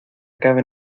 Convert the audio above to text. acabe